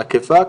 על הכיפאק.